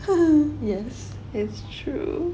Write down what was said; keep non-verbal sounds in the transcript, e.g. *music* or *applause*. *laughs* yes it's true